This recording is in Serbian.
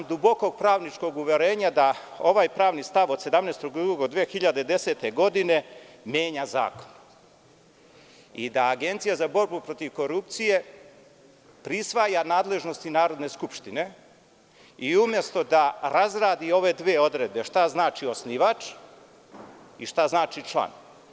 Dubokog sam pravničkog uverenja da ovaj pravni stav, od 17. februara 2010. godine, menja zakon i da Agencija za borbu protiv korupcije prisvaja nadležnosti Narodne skupštine i umesto da razradi ove dve odredbe, šta znači osnivač i šta znači član.